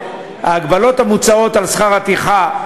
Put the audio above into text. ההגבלות המוצעות על שכר הטרחה,